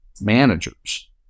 managers